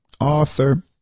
author